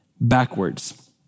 backwards